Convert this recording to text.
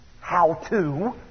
how-to